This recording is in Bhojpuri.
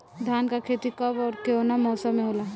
धान क खेती कब ओर कवना मौसम में होला?